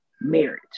marriage